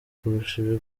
kurusha